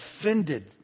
offended